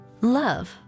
love